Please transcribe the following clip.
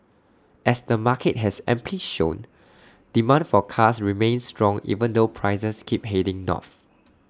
as the market has amply shown demand for cars remains strong even though prices keep heading north